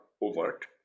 overt